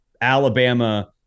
Alabama